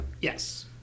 Yes